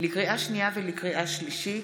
לקריאה שנייה ולקריאה שלישית: